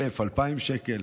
1,000 2,000 שקל.